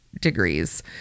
degrees